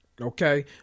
Okay